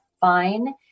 fine